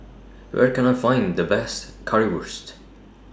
Where Can I Find The Best Currywurst